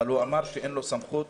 אבל הוא אמר שאין לו סמכות